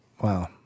Wow